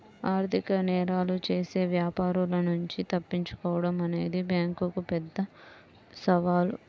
ఆర్థిక నేరాలు చేసే వ్యాపారుల నుంచి తప్పించుకోడం అనేది బ్యేంకులకు పెద్ద సవాలు